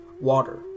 water